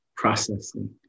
processing